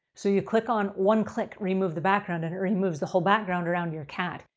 so, you click on one click, remove the background and it removes the whole background around your cat.